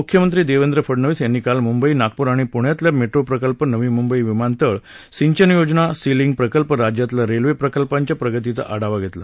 मुख्यमंत्री देवेंद्र फडणवीस यांनी काल मुंबई नागपूर आणि प्ण्यातल्या मेट्रो प्रकल्प नवी मुंबई विमानतळ सिंचन योजना सी लिंक प्रकल्प राज्यातल्या रेल्वे प्रकल्पांच्या प्रगतीचा आढावा घेतला